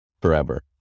forever